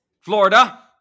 Florida